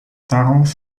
darauf